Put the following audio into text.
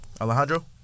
Alejandro